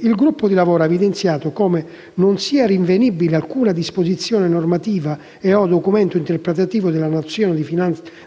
Il gruppo di lavoro ha evidenziato come non sia rinvenibile alcuna disposizione normativa e/o documento interpretativo della nozione